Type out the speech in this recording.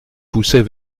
poussait